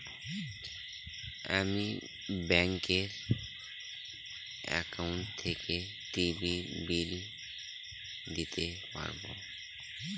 আমি ব্যাঙ্কের একাউন্ট থেকে টিভির বিল দিতে পারবো